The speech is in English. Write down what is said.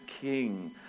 king